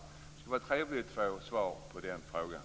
Det skulle vara trevligt att få svar på den frågan.